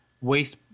waste